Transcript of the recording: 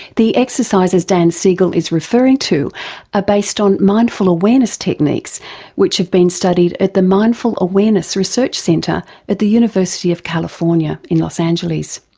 the exercises dan siegel is referring to are ah based on mindful awareness techniques which have been studied at the mindful awareness research centre at the university of california in los angeles.